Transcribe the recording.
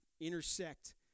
intersect